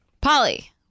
Polly